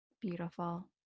Beautiful